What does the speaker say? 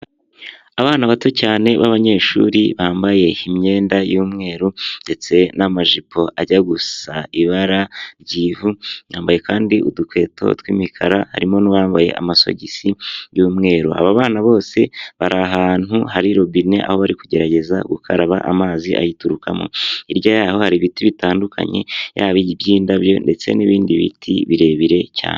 Abana bato cyane b'abanyeshuri bambaye imyenda y'umweru ndetse n'amajipo ajya gusa ibara ry'ivu yambaye kandi udukweto tw'imikara harimo n'uwambaye amasogisi y'umweru aba bana bose bari ahantu hari robine aho bari kugerageza gukaraba amazi ayiturukamo hirya yaho hari ibiti bitandukanye yabay'indabyo ndetse n'ibindi biti birebire cyane.